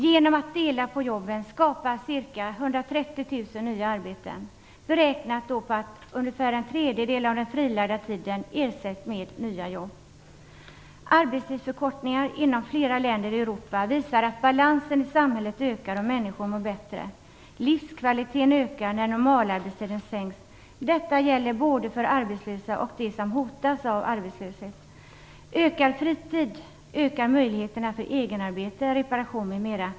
Genom att dela på jobben skapar man ca Arbetstidsförkortningar inom flera länder i Europa visar att balansen i samhället ökar och att människor mår bättre av sänkt arbetstid. Livskvaliteten ökar när normalarbetstiden sänks. Detta gäller både för arbetslösa och för dem som hotas av arbetslöshet. Ökad fritid ökar möjligheterna för egenarbete, reparation, m.m.